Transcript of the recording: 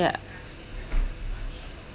yeah